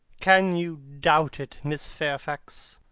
can you doubt it, miss fairfax?